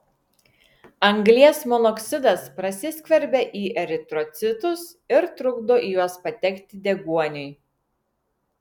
anglies monoksidas prasiskverbia į eritrocitus ir trukdo į juos patekti deguoniui